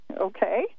Okay